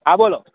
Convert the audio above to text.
હા બોલો